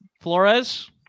Flores